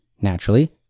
Naturally